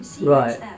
Right